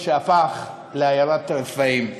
/ שהפך לעיירת רפאים.